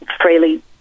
freely